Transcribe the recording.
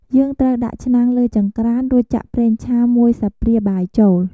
យើងត្រូវដាក់ឆ្នាំងលើចង្ក្រាន រួចចាក់ ប្រេងឆា ១ ស្លាបព្រាបាយ ចូល។